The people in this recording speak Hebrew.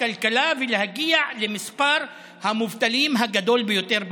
הכלכלה ולהגיע למספר המובטלים הגדול ביותר במערב.